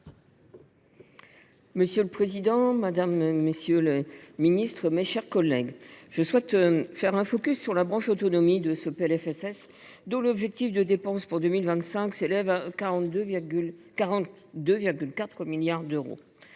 Monsieur le président, mesdames, messieurs les ministres, mes chers collègues, je concentrerai mon propos sur la branche autonomie de ce PLFSS, dont l’objectif de dépenses pour 2025 s’élève à 42,4 milliards d’euros.